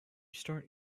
start